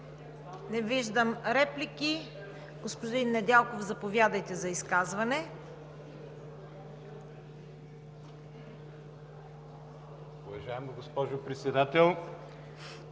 Не виждам. Господин Недялков, заповядайте за изказване.